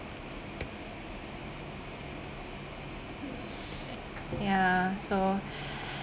ya so